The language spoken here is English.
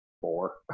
four